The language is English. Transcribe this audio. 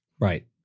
Right